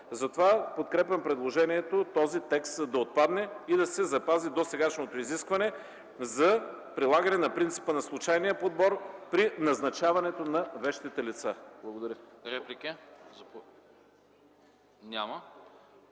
Затова подкрепям предложението този текст да отпадне и да се запази досегашното изискване за прилагане на принципа на случайния подбор при назначаването на вещите лица. Благодаря. ПРЕДСЕДАТЕЛ